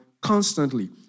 constantly